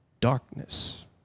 darkness